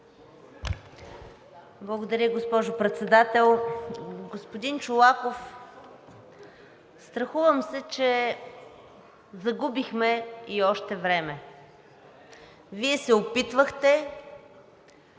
Благодаря Ви, госпожо Председател. Господин Чолаков, страхувам се, че загубихме и още време. Вие се опитвахте